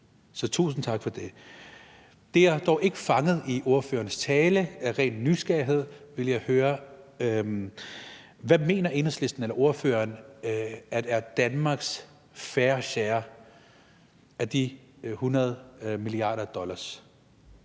Så tusind tak for det. Der er dog noget, jeg ikke fangede i ordførerens tale, og af ren nysgerrighed vil jeg høre: Hvad mener Enhedslisten, eller ordføreren, er Danmarks fair share af de 100 mia. dollars?